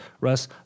Russ